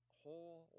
whole